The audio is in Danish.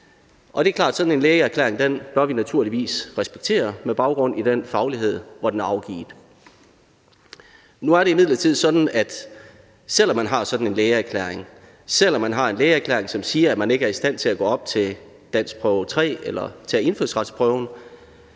sådan en lægeerklæring bør vi naturligvis respektere med baggrund i den faglighed, hvormed den er afgivet. Nu er det imidlertid sådan, at selv om man har sådan en lægeerklæring, som siger, at man ikke er i stand til at gå op til danskprøve 3 eller tage indfødsretsprøven,